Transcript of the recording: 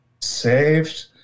Saved